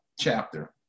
chapter